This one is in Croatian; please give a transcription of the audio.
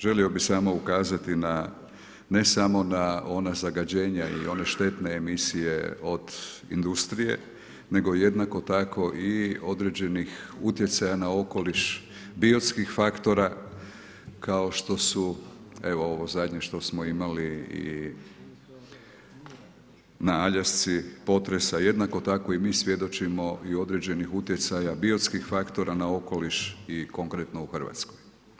Želio bi samo ukazati na ne samo na ona zagađenja i one štetne emisije od industrije nego jednako tako i određenih utjecaja na okoliš, biotskih faktora kao štosu evo zadnje što smo imali i na Aljasci potresa jednako tako i mi svjedočimo i određenih utjecaja biotskih faktora na okoliš i konkretno u Hrvatskoj.